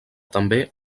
també